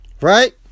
right